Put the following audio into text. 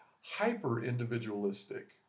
hyper-individualistic